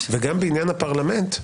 ובעניין הפרלמנט,